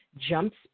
jumps